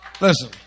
Listen